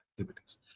activities